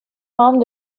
membre